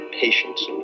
patience